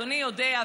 אדוני יודע,